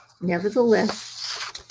Nevertheless